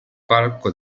falco